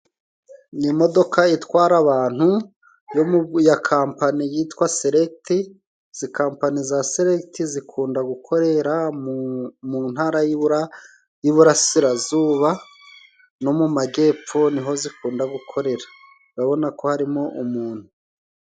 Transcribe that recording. Iyi modoka itwara abantu yo mu ya kampani yitwa seregiti. Izi kampani za seregiti zikunda gukorera mu ntara y'iburasirazuba no mu majyepfo, niho zikunda gukorera urabona ko harimo umuntu.